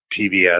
PBS